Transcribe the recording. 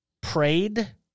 prayed